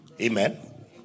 Amen